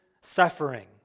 suffering